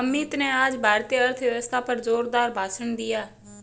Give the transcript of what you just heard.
अमित ने आज भारतीय अर्थव्यवस्था पर जोरदार भाषण दिया